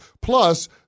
Plus